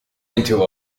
into